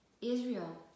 Israel